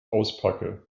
auspacke